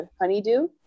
Honeydew